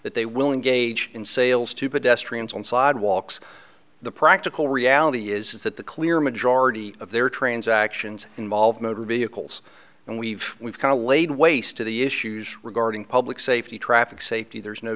that they will engage in sales to pedestrians on sidewalks the practical reality is that the clear majority of their transactions involve motor vehicles and we've we've kind of laid waste to the issues regarding public safety traffic safety there's no